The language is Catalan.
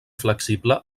flexible